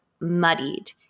muddied